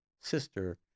sister